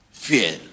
Fear